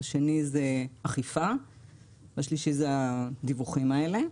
השני זה אכיפה והשלישי זה הדיווחים האלה.